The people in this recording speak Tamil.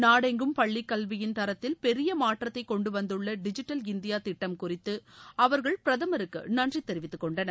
நாடெங்கும் பள்ளி கல்வியின் தரத்தை பெரிய மாற்றத்தை கொண்டுவந்துள்ள டிஜிட்டல் இந்தியா திட்டம் குறித்து அவர்கள் பிரதமருக்கு நன்றி தெரிவித்துக் கொண்டனர்